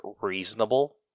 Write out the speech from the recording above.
reasonable